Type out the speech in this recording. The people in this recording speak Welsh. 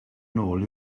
nôl